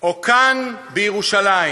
או כאן בירושלים,